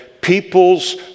peoples